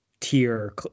tier